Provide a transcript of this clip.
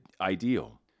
ideal